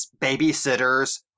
babysitters